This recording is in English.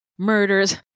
murders